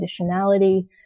conditionality